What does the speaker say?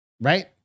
right